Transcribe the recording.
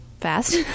fast